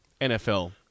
NFL